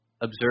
observe